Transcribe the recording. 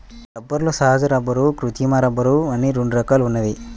రబ్బరులో సహజ రబ్బరు, కృత్రిమ రబ్బరు అని రెండు రకాలు ఉన్నాయి